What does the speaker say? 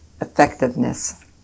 effectiveness